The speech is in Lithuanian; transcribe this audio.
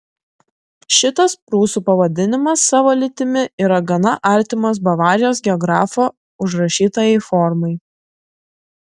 šitas prūsų pavadinimas savo lytimi yra gana artimas bavarijos geografo užrašytajai formai